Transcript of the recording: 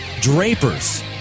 Drapers